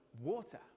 water